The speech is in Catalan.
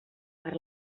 per